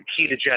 ketogenic